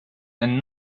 and